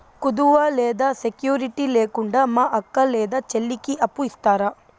కుదువ లేదా సెక్యూరిటి లేకుండా మా అక్క లేదా చెల్లికి అప్పు ఇస్తారా?